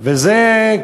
וזה,